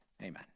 amen